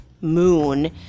moon